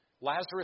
Lazarus